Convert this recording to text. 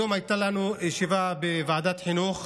היום הייתה לנו ישיבה בוועדת החינוך,